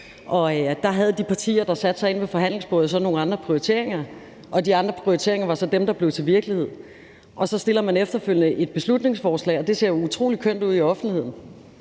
Og der havde de partier, der satte sig ind ved forhandlingsbordet, så nogle andre prioriteringer, og de andre prioriteringer var så dem, der blev til virkelighed. Så fremsætter man efterfølgende et beslutningsforslag, og det ser jo utrolig kønt ud i offentligheden.